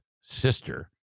sister